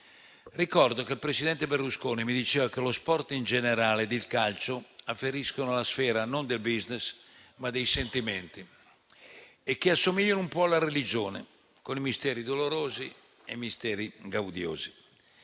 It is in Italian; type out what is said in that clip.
Ricordo che il presidente Berlusconi mi diceva che lo sport in generale e il calcio afferiscono alla sfera non del *business*, ma dei sentimenti, e assomigliano un po' alla religione, con i suoi misteri dolorosi e gaudiosi.